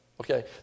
okay